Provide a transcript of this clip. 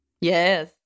Yes